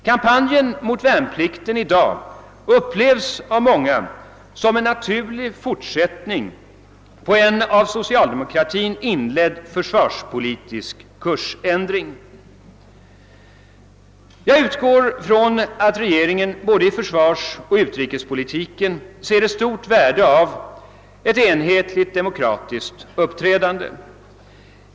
Kampanjen mot värnplikten i dag uppleves av många som en naturlig fortsättning på en av socialdemokratin inledd försvarspolitisk kursändring. Jag utgår ifrån att regeringen både i försvarsoch utrikespolitiken ser ett stort värde i ett enhetligt demokratiskt uppträdande.